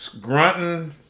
grunting